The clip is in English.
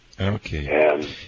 Okay